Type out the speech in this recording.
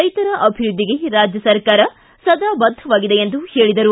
ರೈತರ ಅಭಿವೃದ್ಧಿಗೆ ರಾಜ್ಯ ಸರಕಾರ ಸದಾ ಬದ್ಧವಾಗಿದೆ ಎಂದು ಹೇಳಿದರು